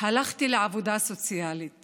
הלכתי לעבודה סוציאלית